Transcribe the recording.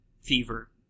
fever